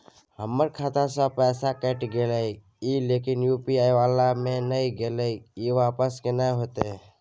हमर खाता स पैसा कैट गेले इ लेकिन यु.पी.आई वाला म नय गेले इ वापस केना होतै?